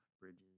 Bridges